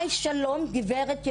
היי, שלום, גברת יהושע?